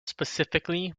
specifically